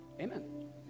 Amen